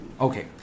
okay